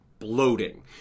bloating